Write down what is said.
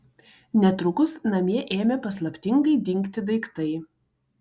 netrukus namie ėmė paslaptingai dingti daiktai